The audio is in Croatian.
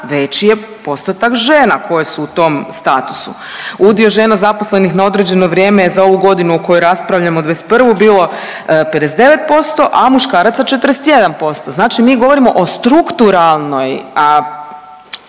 veći je postotak žena koje su u tom statusu. Udio žena zaposlenih na određeno vrijeme je za ovu godinu u kojoj raspravljamo '21. bilo 59%, a muškaraca 41%, znači mi govorimo o strukturalnoj